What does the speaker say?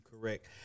correct